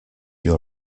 your